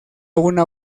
una